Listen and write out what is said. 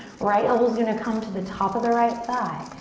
right elbow's gonna come to the top of the right thigh,